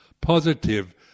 Positive